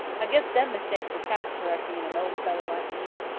i guess them mistakes are past kerrecting in an old fellow like me.